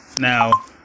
Now